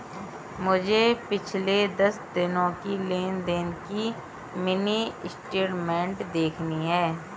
मुझे पिछले दस दिनों की लेन देन की मिनी स्टेटमेंट देखनी है